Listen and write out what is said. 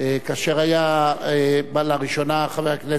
כאשר בא לראשונה חבר הכנסת,